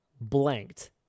blanked